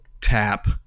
tap